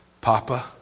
Papa